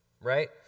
right